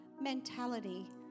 mentality